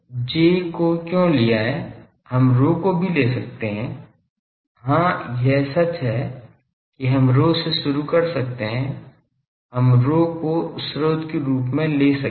तो हमने J को क्यों लिया है हम ρ को भी ले सकते हैं हां यह सच है कि हम ρ से शुरू कर सकते हैं हम ρ को स्रोत के रूप में ले सकते हैं